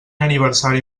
aniversari